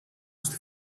στη